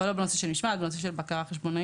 אבל לא בנושא של משמעת אלא בנושא של בקרה חשבונאית.